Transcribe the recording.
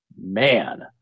Man